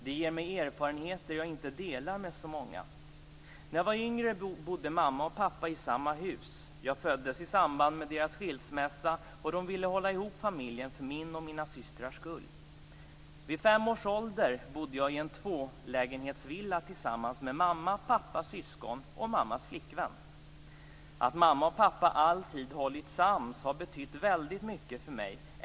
Det ger mig erfarenheter jag inte delar med så många. När jag var yngre bodde mamma och pappa i samma hus. Jag föddes i samband med deras skilsmässa, och de ville hålla ihop familjen för min och mina systrars skull. Vid fem års ålder bodde jag i en tvålägenhetsvilla tillsammans med mamma, pappa, syskon och mammas flickvän. Att mamma och pappa alltid hållit sams har betytt väldigt mycket för mig.